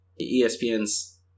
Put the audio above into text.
ESPN's